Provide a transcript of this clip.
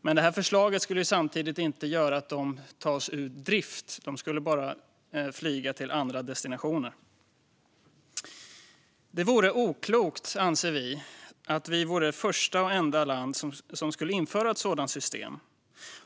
Men detta förslag skulle samtidigt inte göra att de tas ur drift, utan de skulle bara flyga till andra destinationer. Vi anser att det vore oklokt om vi som första och enda land skulle införa ett sådant system.